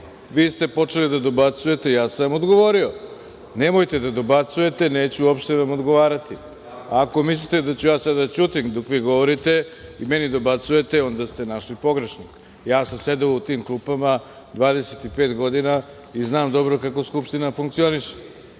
vi ste počeli da dobacujete, ja sam vam odgovorio. Nemojte da dobacujete, neću vam uopšte odgovarati. Ako mislite da ću sada da ćutim dok vi govorite i meni dobacujete, onda ste našli pogrešnog. Ja sam sedeo u tim klupama 25 godina i znam dobro kako Skupština funkcioniše.